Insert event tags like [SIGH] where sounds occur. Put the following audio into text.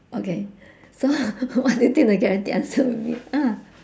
okay so [LAUGHS] what do you think the guaranteed answer will be ah